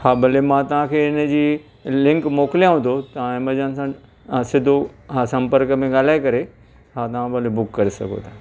हा भले मां तव्हांखे हिनजी लिंक मोकिलियाव थो तव्हां एमेजॉन सां सिधो हा संपर्क में ॻाल्हाए करे हा तव्हां भले बुक करे सघो था